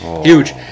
huge